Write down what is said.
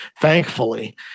thankfully